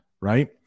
right